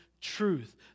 truth